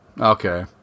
Okay